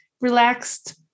relaxed